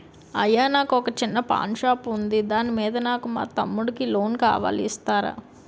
అయ్యా నాకు వొక చిన్న పాన్ షాప్ ఉంది దాని మీద నాకు మా తమ్ముడి కి లోన్ కావాలి ఇస్తారా?